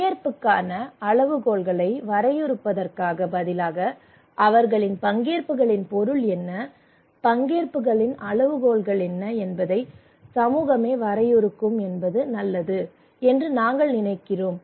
பங்கேற்புக்கான அளவுகோல்களை வரையறுப்பதற்கு பதிலாக அவர்களின் பங்கேற்புகளின் பொருள் என்ன பங்கேற்புகளின் அளவுகோல்கள் என்ன என்பதை சமூகமே வரையறுக்கும் என்பது நல்லது என்று நாங்கள் நினைக்கிறோம்